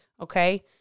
Okay